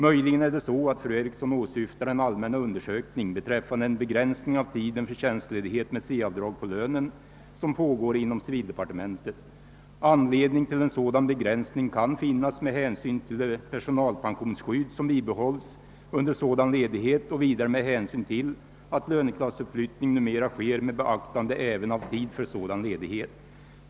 Möjligen är det så att fru Eriksson åsyftar den allmänna undersökning beträffande en begränsning av tiden för tjänstledigheter ': med C-avdrag på lönen, som pågår inom civildepartementet. Anledning till en sådan begränsning kan finnas med hänsyn till det personalpensionsskydd som bibehålls under sådan ledighet och vidare med hänsyn till: att löneklassuppflyttning numera sker med beaktande även av tid för sådan ledighet.